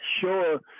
sure